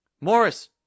Morris